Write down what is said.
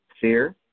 Fear